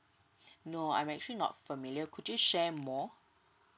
no I'm actually not familiar could you share more